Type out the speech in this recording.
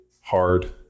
hard